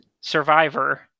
Survivor